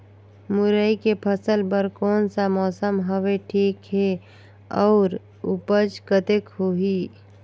मुरई के फसल बर कोन सा मौसम हवे ठीक हे अउर ऊपज कतेक होही?